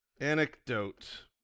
Anecdote